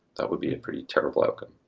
that would be a pretty terrible outcome.